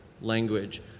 language